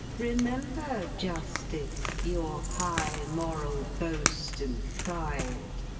remember, justice, your high moral boast and pride.